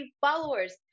followers